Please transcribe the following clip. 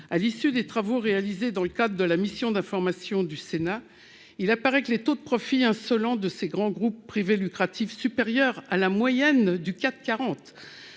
À l'issue des travaux de la mission d'information du Sénat, il apparaît que les taux de profit insolents de ces grands groupes privés à but lucratif, supérieurs à la moyenne du CAC 40,